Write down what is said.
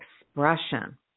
expression